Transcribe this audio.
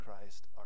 Christ